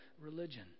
religion